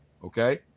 Okay